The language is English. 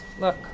Look